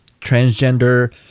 transgender